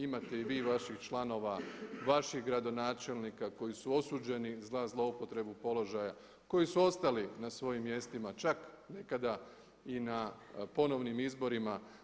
Imate i vi vaših članova, vaših gradonačelnika koji su osuđeni za zloupotrebu položaja, koji su ostali na svojim mjestima, čak nekada i na ponovnim izborima.